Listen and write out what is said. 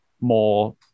more